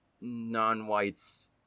non-whites